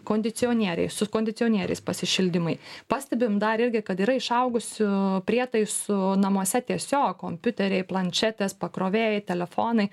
kondicionieriai su kondicionieriais pasišildymui pastebim dar irgi kad yra išaugusių prietaisų namuose tiesiog kompiuteriai planšetės pakrovėjai telefonai